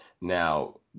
Now